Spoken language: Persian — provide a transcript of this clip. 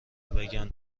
بگن